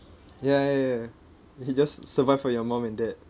ya ya ya ya you just survive for your mum and dad